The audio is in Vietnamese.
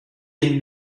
này